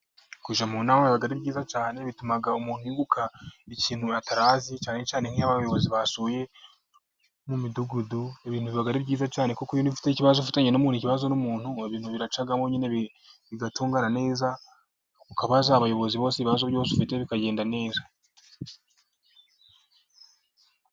kujya mu nama biba ari byiza cyane, bituma umuntu yibuka ikintu atarazi cyane cyane nk'iyo abayobozi basuye mu midugudu, ibintu biba ari byiza cyane kuko ufite ikibazo ufitanye n'umuntu ikibazo n'umuntu ibintu biracamo nyine bigatungana neza, ukabaza abayobozi bose ibibazo byose ufite bikagenda neza.